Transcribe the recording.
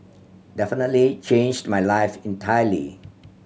definitely changed my life entirely